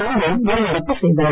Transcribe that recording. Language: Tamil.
தொடர்ந்து வெளிநடப்பு செய்தனர்